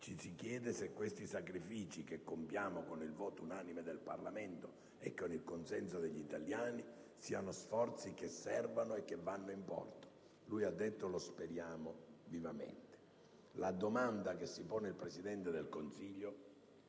ci si chiede se questi sacrifici, che compiamo con il voto unanime del Parlamento e con il consenso degli italiani, siano sforzi che servono e che vanno in porto: egli ha detto che lo speriamo vivamente. La domanda che si pone il Presidente del Consiglio